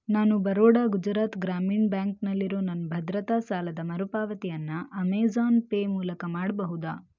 ನಾನು ಬರೋಡಾ ಗುಜರಾತ್ ಗ್ರಾಮೀಣ್ ಬ್ಯಾಂಕ್ನಲ್ಲಿರೋ ನನ್ನ ಭದ್ರತಾ ಸಾಲದ ಮರುಪಾವತಿಯನ್ನು ಅಮೇಜಾನ್ ಪೇ ಮೂಲಕ ಮಾಡಬಹುದಾ